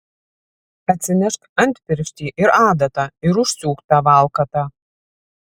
atsinešk antpirštį ir adatą ir užsiūk tą valkatą